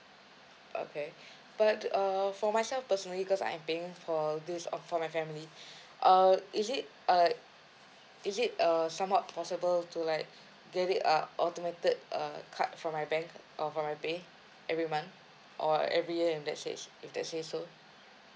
okay but err for myself personally because I'm paying for this um for my family uh is it uh is it err somewhat possible to like get it uh automated uh cut from my bank or from my pay every month or every year if they says if they say so